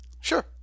Sure